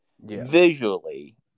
visually